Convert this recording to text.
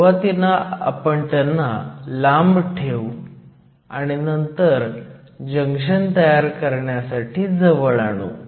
सुरुवातीला आपण त्यांना लांब ठेऊ आणि नंतर जंक्शन तयार करण्यासाठी जवळ आणू